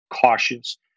cautious